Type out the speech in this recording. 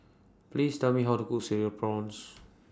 Please Tell Me How to Cook Cereal Prawns